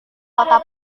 kota